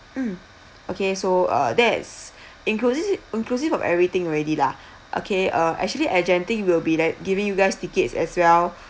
mm okay so uh that's inclusive inclusive of everything already lah okay uh actually at genting we'll be like giving you guys tickets as well